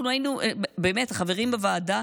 אנחנו, החברים בוועדה,